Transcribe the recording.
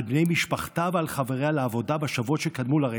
על בני משפחתה ועל חבריה לעבודה בשבועות שקדמו לרצח,